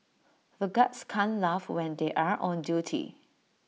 the guards can't laugh when they are on duty